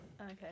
Okay